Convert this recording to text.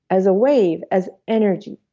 as a wave, as energy.